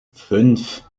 fünf